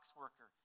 worker